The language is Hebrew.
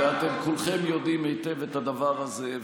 ואתם כולכם יודעים היטב את הדבר הזה.